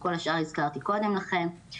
את כל השאר הזכרתי קודם לכן.